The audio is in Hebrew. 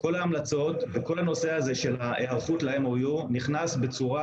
כל ההמלצות וכל נושא ההיערכות ל-MOU נכנסו בצורה